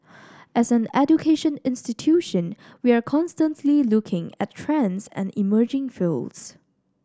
as an education institution we are constantly looking at trends and emerging fields